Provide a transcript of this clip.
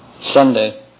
Sunday